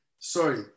sorry